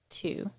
two